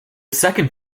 second